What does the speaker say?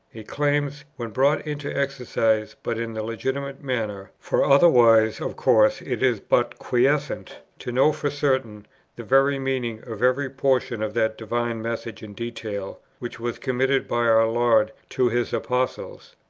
it claims, when brought into exercise but in the legitimate manner, for otherwise of course it is but quiescent, to know for certain the very meaning of every portion of that divine message in detail, which was committed by our lord to his apostles.